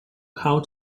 how